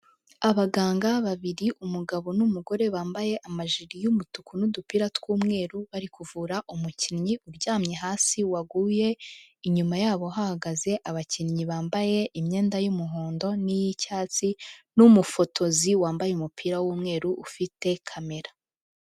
Abaganga babiri umugabo n'umugore bambaye amajiri y'umutuku n'udupira tw'umweru bari kuvura umukinnyi uryamye hasi waguye, inyuma yabo hahagaze abakinnyi bambaye imyenda y'umuhondo n'iy'icyatsi n'umufotozi wambaye umupira w'umweru ufite kamera.